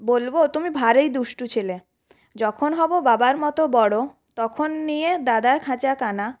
বলবো তুমি ভারী দুষ্টু ছেলে যখন হব বাবার মত বড় তখন নিয়ে দাদার খাঁচাখানা